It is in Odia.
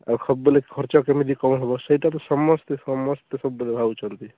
ଆଉ ହେବନି ଖର୍ଚ୍ଚ କେମିତି କ'ଣ ହେବ ସେଇଟା ତ ସମସ୍ତେ ସମସ୍ତେ ସବୁବେଳେ ଭାବୁଛନ୍ତି